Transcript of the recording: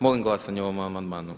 Molim glasanje o ovom amandmanu.